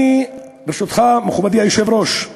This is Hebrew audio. אני, ברשותך, מכובדי היושב-ראש,